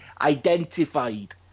identified